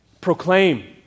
proclaim